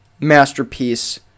Masterpiece